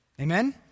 Amen